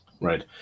Right